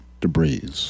debris